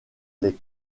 les